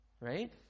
right